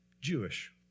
Jewish